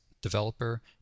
developer